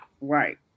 Right